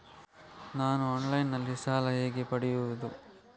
ನಾನು ಆನ್ಲೈನ್ನಲ್ಲಿ ಸಾಲ ಹೇಗೆ ಪಡೆಯುವುದು?